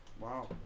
Wow